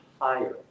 higher